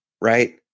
right